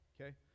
okay